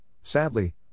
sadly